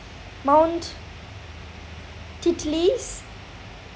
mount titlis